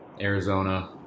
Arizona